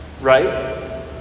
right